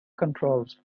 controls